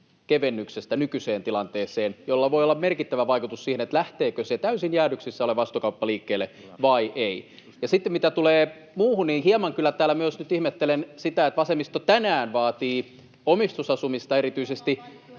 kevennyksestä nykyiseen tilanteeseen, millä voi olla merkittävä vaikutus siihen, lähteekö se täysin jäädyksissä oleva asuntokauppa liikkeelle vai ei. Sitten mitä tulee muuhun, niin hieman kyllä täällä myös nyt ihmettelen sitä, että vasemmisto tänään vaatii erityisesti